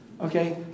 Okay